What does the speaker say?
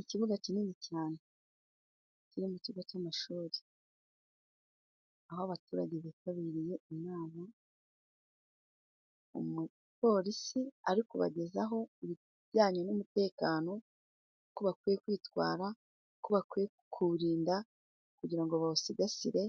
Ikibuga kinini cyane kiri mu kigo cy'amashuri. Aho abaturage bitabiriye inama, umupolisi ari kubagezaho ibijyanye n'umutekano, ko bakwiye kwitwara, ko bakwiye kuwurinda kugira ngo bawusigasire,